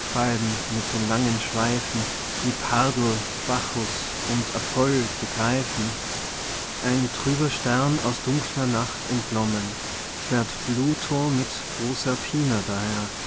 mit den langen schweifen die pardel bacchus und apoll die greifen ein trüber stern aus dunkler nacht entglommen fährt pluto mit proserpina daher